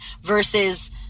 versus